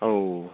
औ